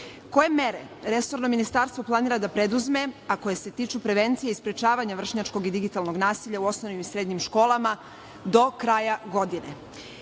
koje mere resorno ministarstvo planira da preduzme, a koje se tiču prevencije i sprečavanja vršnjačkog i digitalnog nasilja u osnovini i srednjim školama do kraja godine. Znamo